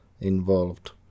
involved